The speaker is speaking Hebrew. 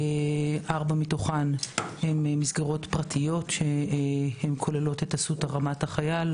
ארבע מתוכן הן מסגרות פרטיות שכוללות את: אסותא רמת החייל,